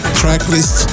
tracklist